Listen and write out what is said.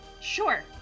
Sure